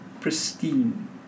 pristine